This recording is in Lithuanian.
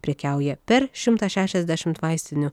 prekiauja per šimtą šešiasdešimt vaistinių